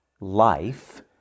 life